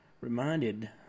reminded